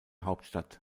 hauptstadt